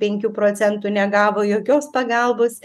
penkių procentų negavo jokios pagalbos